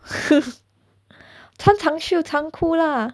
穿长袖长裤 lah